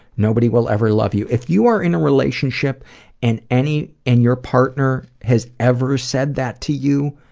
nobody will ever love you. if you are in a relationship and any and your partner has ever said that to you,